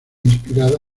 inspirada